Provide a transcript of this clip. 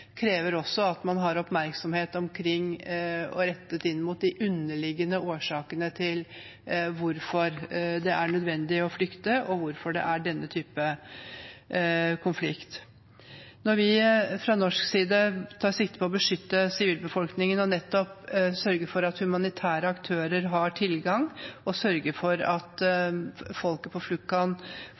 er nødvendig å flykte, og hvorfor det er denne typen konflikt. Når vi fra norsk side tar sikte på å beskytte sivilbefolkningen og nettopp sørge for at humanitære aktører har tilgang og sørger for at folket på